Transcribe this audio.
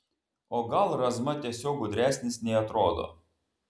o gal razma tiesiog gudresnis nei atrodo